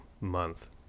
month